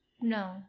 No